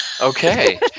Okay